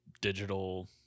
digital